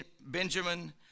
Benjamin